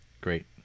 great